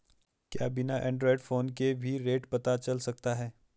क्या बिना Android phone के भी रेट पता चल सकता है?